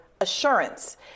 assurance